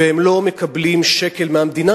והם לא מקבלים שקל מהמדינה,